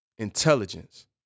intelligence